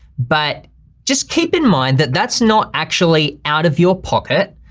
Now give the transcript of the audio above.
but just keep in mind that that's not actually out of your pocket.